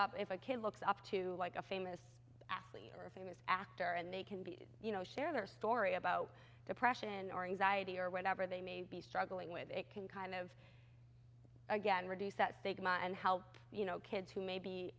up if a kid looks up to like a famous athlete or a famous actor and they can be you know share their story about depression or anxiety or whatever they may be struggling with it can kind of again reduce that stigma and how you know kids who may be